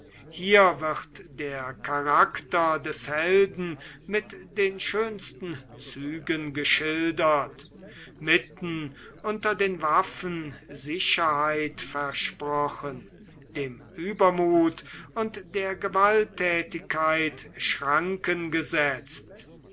hier wird der charakter des helden mit den schönsten zügen geschildert mitten unter den waffen sicherheit versprochen dem übermut und der gewalttätigkeit schranken gesetzt